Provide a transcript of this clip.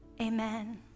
Amen